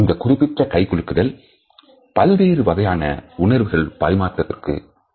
இந்த குறிப்பிட்ட கை குலுக்குதல் பல்வேறு வகையான உணர்வுகள் பரிமாற்றத்திற்கு உதவுகிறது